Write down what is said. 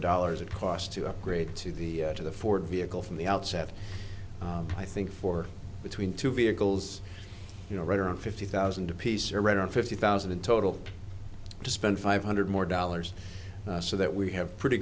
dollars it cost to upgrade to the to the ford vehicle from the outset i think for between two vehicles you know right around fifty thousand apiece around fifty thousand in total to spend five hundred more dollars so that we have pretty